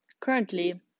currently